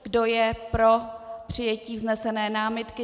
Kdo je pro přijetí vznesené námitky?